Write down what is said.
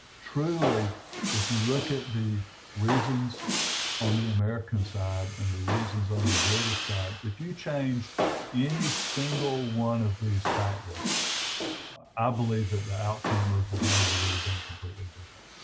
truly if you look at the reasons on the american side and the reasons on the british side if you changed any single one of these factors i believe that the outcome of the battle would have been completely different